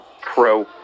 pro